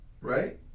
Right